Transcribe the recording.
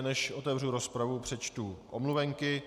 Než otevřu rozpravu, přečtu omluvenky.